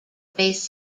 based